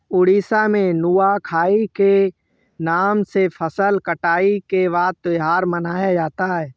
उड़ीसा में नुआखाई के नाम से फसल कटाई के बाद त्योहार मनाया जाता है